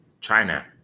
China